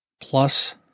plus